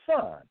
Son